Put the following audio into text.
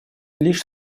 лишь